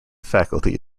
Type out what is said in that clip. faculty